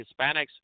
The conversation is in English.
Hispanics